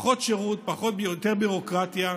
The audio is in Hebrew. פחות שירות, יותר ביורוקרטיה.